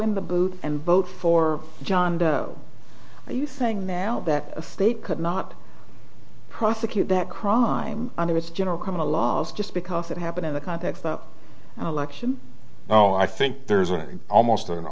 in the booth and vote for john doe are you saying now that a state could not prosecute that crime under its general criminal laws just because that happened in the context the election oh i think there's an almost an